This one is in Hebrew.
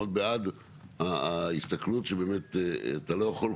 מאוד בעד ההסתכלות שבאמת אתה לא יכול,